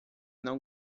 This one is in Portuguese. não